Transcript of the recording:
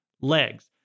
legs